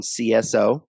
CSO